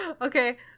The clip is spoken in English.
Okay